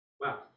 Wow